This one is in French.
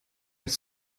ils